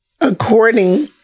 according